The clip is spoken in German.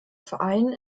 verein